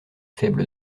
faible